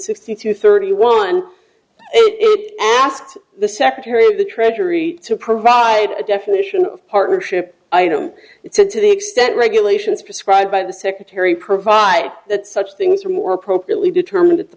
sixty two thirty one asked the secretary of the treasury to provide a definition of partnership item it said to the extent regulations prescribed by the secretary provide that such things are more appropriately determined at the